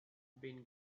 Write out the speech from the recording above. been